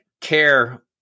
care